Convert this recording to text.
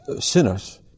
sinners